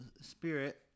spirit